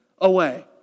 away